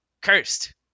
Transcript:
cursed